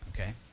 Okay